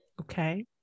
Okay